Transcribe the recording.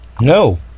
no